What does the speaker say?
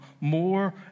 more